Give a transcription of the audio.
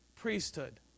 priesthood